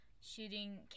shooting